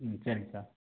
ம் சரிங்க சார்